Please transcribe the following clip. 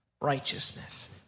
righteousness